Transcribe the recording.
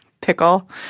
pickle